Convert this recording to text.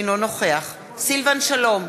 אינו נוכח סילבן שלום,